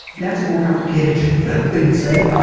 that's a more complicated thing to say.